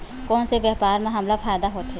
कोन से व्यापार म हमला फ़ायदा होथे?